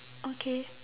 okay